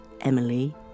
Emily